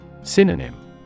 Synonym